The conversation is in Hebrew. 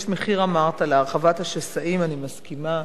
יש מחיר, אמרת, להרחבת השסעים, אני מסכימה.